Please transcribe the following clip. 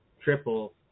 triple